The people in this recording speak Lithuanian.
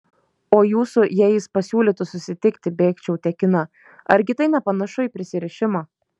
o jūsų jei jis pasiūlytų susitikti bėgčiau tekina argi tai nepanašu į prisirišimą